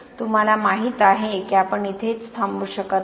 तुम्हाला माहीत आहे की आपण इथेच थांबू शकत नाही